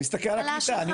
אני מסתכל על הקליטה,